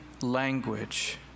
language